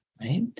right